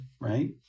Right